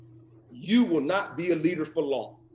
you will not be a leader for long.